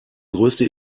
größte